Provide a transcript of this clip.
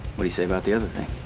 but you say about the other thing?